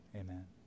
Amen